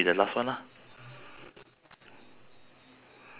okay